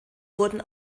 wurden